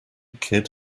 kid